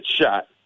shot